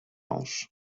hanche